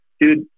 dude